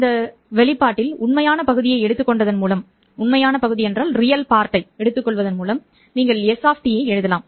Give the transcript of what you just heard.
இந்த வெளிப்பாட்டில் உண்மையான பகுதியை எடுத்துக் கொண்டதன் மூலம் நீங்கள் s ஐ எழுதலாம்